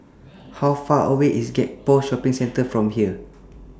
How Far away IS Gek Poh Shopping Centre from here